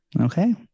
Okay